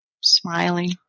Smiling